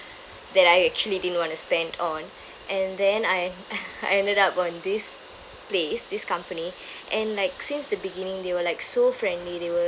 that I actually didn't want to spend on and then I I ended up on this place this company and like since the beginning they were like so friendly they were